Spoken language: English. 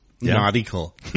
Nautical